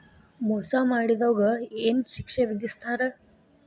ಮೋಸಾ ಮಾಡಿದವ್ಗ ಏನ್ ಶಿಕ್ಷೆ ವಿಧಸ್ತಾರ?